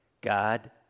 God